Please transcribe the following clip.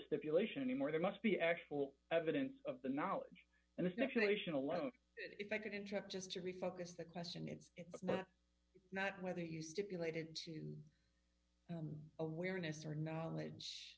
stipulation anymore there must be actual evidence of the knowledge and this nationalization alone if i could interrupt just to refocus the question it's not whether you stipulated to awareness or knowledge